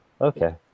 Okay